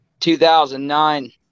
2009